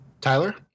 Tyler